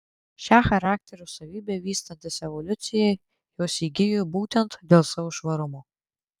šią charakterio savybę vystantis evoliucijai jos įgijo būtent dėl savo švarumo